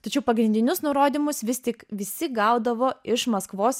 tačiau pagrindinius nurodymus vis tik visi gaudavo iš maskvos